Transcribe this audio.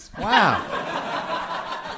wow